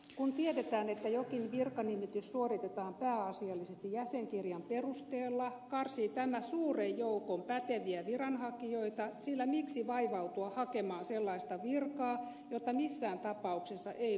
kun tiedetään että jokin virkanimitys suoritetaan pääasiallisesti jäsenkirjan perusteella karsii tämä suuren joukon päteviä viranhakijoita sillä miksi vaivautua hakemaan sellaista virkaa jota missään tapauksessa ei voi saada